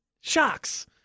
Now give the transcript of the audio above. shocks